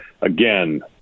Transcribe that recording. again